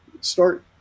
start